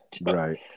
Right